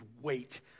wait